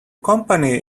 company